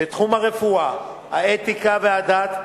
בתחומי הרפואה, האתיקה והדת,